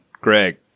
Greg